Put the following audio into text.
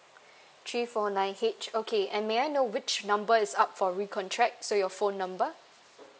three four nine H okay and may I know which number is up for recontract so your phone number